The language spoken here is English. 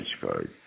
card